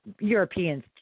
Europeans